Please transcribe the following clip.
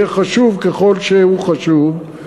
יהיה חשוב ככל שהוא חשוב,